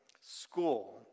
school